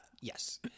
Yes